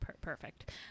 perfect